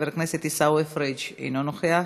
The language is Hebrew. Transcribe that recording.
חבר הכנסת עיסאווי פריג' אינו נוכח,